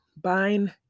buying